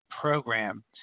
program